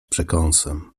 przekąsem